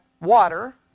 Water